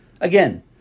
Again